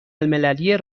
المللی